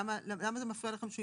למה זה מפריע לכם?